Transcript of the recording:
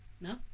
No